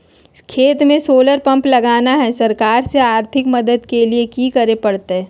खेत में solar pump लगाना है, सरकार से आर्थिक मदद के लिए की करे परतय?